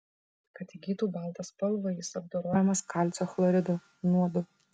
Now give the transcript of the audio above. kad įgytų baltą spalvą jis apdorojamas kalcio chloridu nuodu